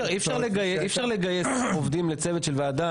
אי-אפשר לגייס עובדים לצוות של ועדה,